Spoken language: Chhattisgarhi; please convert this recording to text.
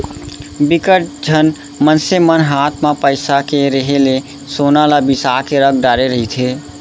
बिकट झन मनसे मन हात म पइसा के रेहे ले सोना ल बिसा के रख डरे रहिथे